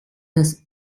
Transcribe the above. das